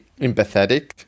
empathetic